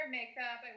makeup